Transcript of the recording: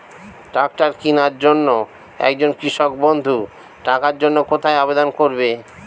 Tractor কিনার জন্য একজন কৃষক বন্ধু টাকার জন্য কোথায় আবেদন করবে?